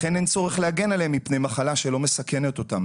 לכן אין צורך להגן עליהם מפני מחלה שלא מסכנת אותם.